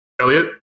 Elliot